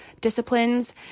disciplines